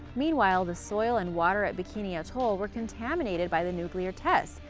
meanwhile, the soil and water at bikini atoll were contaminated by the nuclear tests,